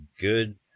good